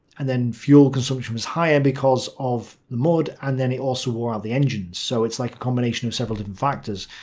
and then fuel consumption was higher because of the mud and then it also wore out the engines. so it's like a combination of several different factors,